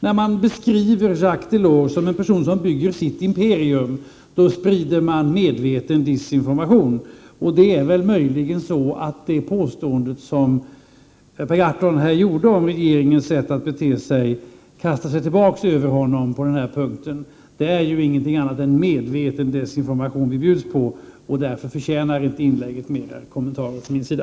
När man beskriver Jacques Delors som en person som bygger sitt imperium sprider man medveten desinformation. Det är möjligen så, att det påstående som Per Gahrton här gjorde om regeringens sätt att bete sig kastar sig tillbaka över honom på den här punkten. Det är ingenting annat än medveten desinformation vi bjuds på, och därför förtjänar inte inlägget mera i kommentar från min sida.